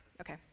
Okay